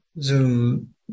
Zoom